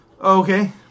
Okay